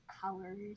colors